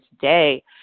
today